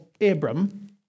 Abram